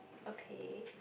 okay